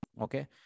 Okay